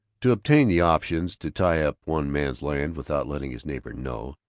to obtain the options, to tie up one man's land without letting his neighbor know,